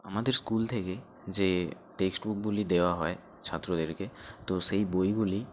আমাদের স্কুল থেকে যে টেক্সট বুকগুলি দেওয়া হয় ছাত্রদেরকে তো সেই বইগুলি